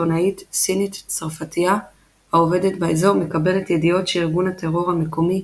עיתונאית סינית-צרפתייה העובדת באזור מקבלת ידיעות שארגון הטרור המקומי,